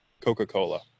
coca-cola